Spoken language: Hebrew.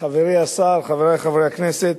חברי השר, חברי חברי הכנסת,